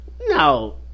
no